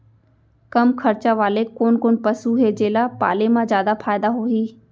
कम खरचा वाले कोन कोन पसु हे जेला पाले म जादा फायदा होही?